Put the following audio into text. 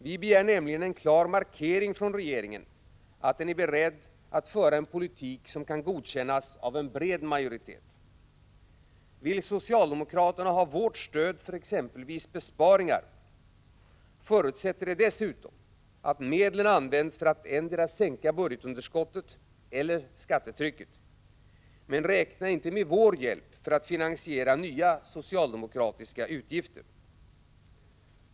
Vi begär nämligen en klar markering från regeringen att den är beredd att föra en politik som kan godkännas av en bred majoritet. Vill socialdemokraterna ha vårt stöd för exempelvis besparingar, förutsätter det dessutom att medlen används för att sänka endera budgetunderskottet eller skattetrycket. Men räkna inte med vår hjälp för att finansiera nya socialdemokratiska utgifter.